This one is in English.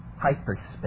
hyperspace